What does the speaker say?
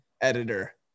editor